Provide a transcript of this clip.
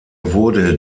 wurde